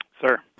Sir